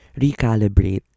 recalibrate